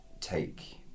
take